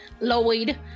Lloyd